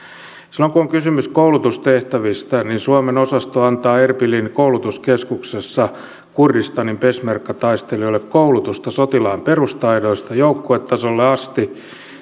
silloin kun on kysymys koulutustehtävistä suomen osasto antaa erbilin koulutuskeskuksessa kurdistanin peshmerga taistelijoille koulutusta sotilaan perustaidoista joukkuetasolle asti